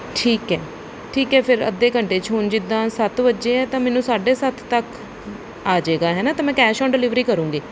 ਠੀਕ ਹੈ ਠੀਕ ਹੈ ਫਿਰ ਅੱਧੇ ਘੰਟੇ 'ਚ ਹੁਣ ਜਿੱਦਾਂ ਸੱਤ ਵੱਜੇ ਹੈ ਤਾਂ ਮੈਨੂੰ ਸਾਢੇ ਸੱਤ ਤੱਕ ਆ ਜਾਏਗਾ ਹੈ ਨਾ ਤਾਂ ਮੈਂ ਕੈਸ਼ ਔਨ ਡਲੀਵਰੀ ਕਰਾਂਗੀ